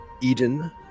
Eden